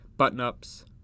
button-ups